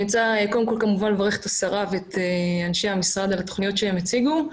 אני רוצה לברך את השרה ואת אנשי המשרד על התוכניות שהם הציגו.